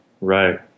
Right